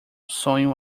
sonho